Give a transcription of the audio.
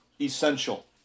essential